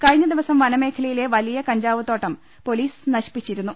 കഴിഞ്ഞദിവസം വനമേഖലയിലെ വലിയ കഞ്ചാവ് തോട്ടം പോലീസ് നശിപ്പിച്ചിരുന്നു